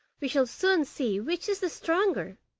we shall soon see which is the stronger